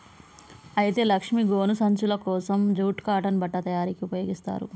అయితే లక్ష్మీ గోను సంచులు కోసం జూట్ కాటన్ బట్ట తయారీకి ఉపయోగిస్తారు